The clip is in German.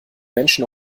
menschen